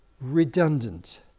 redundant